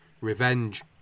Revenge